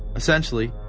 essentially,